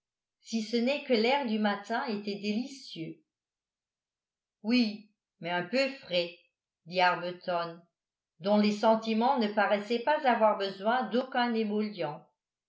si ce n'est que l'air du matin était délicieux oui mais un peu frais dit arbuton dont les sentiments ne paraissaient pas avoir besoin d'aucun